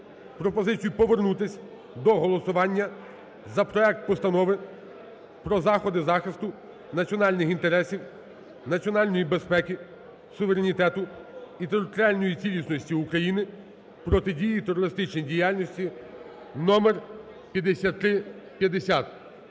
пропозицію повернутись до голосування за проект Постанови про заходи захисту національних інтересів, Національної безпеки, суверенітету і територіальної цілісності України, протидії терористичній діяльності (№ 5350).